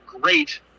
great